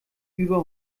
über